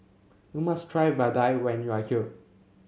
you must try Vadai when you are here